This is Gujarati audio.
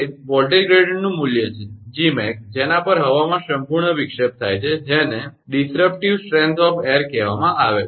તે વોલ્ટેજ ગ્રેડીયંટનું મૂલ્ય છે 𝐺𝑚𝑎𝑥 જેના પર હવામાં સંપૂર્ણ વિક્ષેપ થાય છે જેને હવાની વિક્ષેપિત શક્તિ કહેવામાં આવે છે